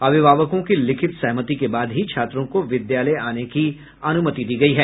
अभिभावकों की लिखित सहमति के बाद ही छात्रों को विद्यालय आने की अनुमति दी गयी है